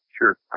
sure